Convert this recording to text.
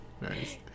Nice